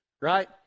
right